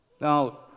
Now